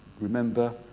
remember